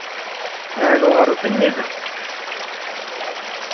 ᱦᱮᱸ ᱦᱮᱞᱳ ᱟᱨᱳᱛᱤᱢ ᱞᱟᱹᱭ ᱮᱫᱟ